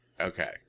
Okay